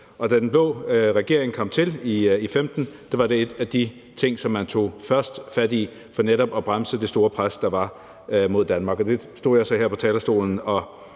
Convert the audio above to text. Da den blå regering kom til i 2015, var det en af de ting, man først tog fat i for netop at bremse det store pres, der var mod Danmark, og jeg stod så her på talerstolen og